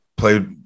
played